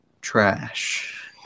Trash